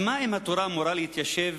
אז מה אם התורה מורה להתיישב?